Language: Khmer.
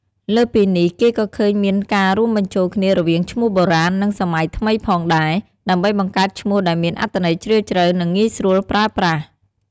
លើសពីនេះ គេក៏ឃើញមានការរួមបញ្ចូលគ្នារវាងឈ្មោះបុរាណ និងសម័យថ្មីផងដែរ ដើម្បីបង្កើតឈ្មោះដែលមានអត្ថន័យជ្រាលជ្រៅ និងងាយស្រួលប្រើប្រាស់។